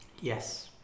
Yes